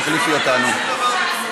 תגידי לפרוטוקול שלא נתת שום דבר בתמורה.